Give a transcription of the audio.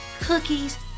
Cookies